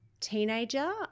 teenager